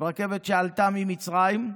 רכבת שעלתה ממצרים,